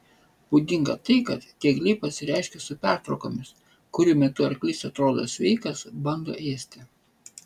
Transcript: būdinga tai kad diegliai pasireiškia su pertraukomis kurių metu arklys atrodo sveikas bando ėsti